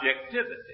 objectivity